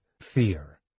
fear